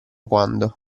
quando